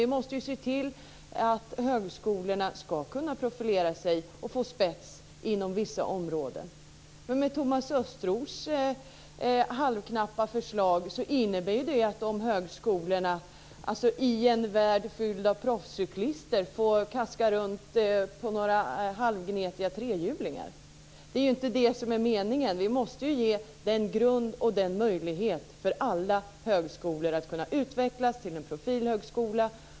Vi måste se till att högskolorna ska kunna profilera sig och få spets inom vissa områden. Thomas Östros halvknappa förslag innebär att de här högskolorna i en värld fylld av proffscyklister får kuska runt på några halvgnetiga trehjulingar. Det är inte det som är meningen. Vi måste ge den grund och den möjlighet som krävs för att alla högskolor ska kunna utvecklas till profilhögskolor.